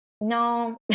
no